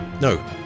No